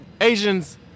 Asians